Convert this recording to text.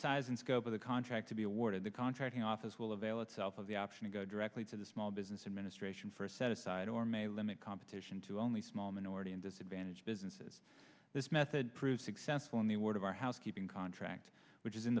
size and scope of the contract to be awarded the contracting office will avail itself of the option to go directly to the small business administration first set aside or may limit competition to only small minority and disadvantaged businesses this method proved successful in the world of our housekeeping contract which is in